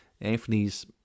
Anthony's